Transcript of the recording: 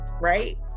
right